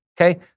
okay